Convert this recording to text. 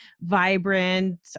vibrant